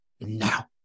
now